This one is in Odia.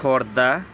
ଖୋର୍ଦ୍ଧା